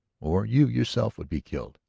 or you yourself would be killed.